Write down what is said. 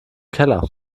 keller